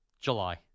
July